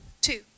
two